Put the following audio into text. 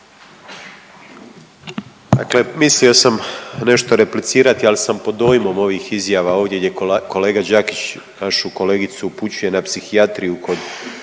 Dakle, mislio sam nešto replicirati, ali sam pod dojmom ovih izjava ovdje gdje kolega Đakić našu kolegicu upućuje na psihijatriju kod